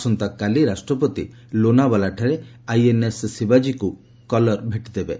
ଆସନ୍ତାକାଲି ରାଷ୍ଟ୍ରପତି ଲୋନାବାଲାଠାରେ ଆଇଏନ୍ଏସ୍ ଶିବାଜୀକୁ 'କଲର' ଭେଟିଦେବେ